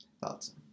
Thoughts